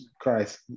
Christ